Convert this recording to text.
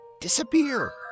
disappear